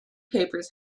papers